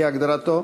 כהגדרתו,